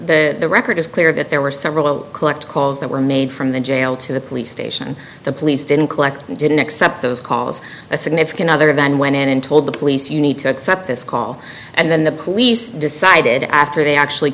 that the record is clear that there were several collect calls that were made from the jail to the police station the police didn't collect and didn't accept those calls a significant other man went in and told the police you need to accept this call and then the police decided after they actually